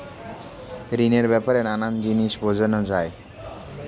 ঋণের ব্যাপারে নানা জিনিস বোঝানো যায়